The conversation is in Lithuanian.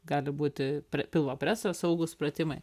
gali būti pri pilvo preso saugūs pratimai